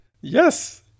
Yes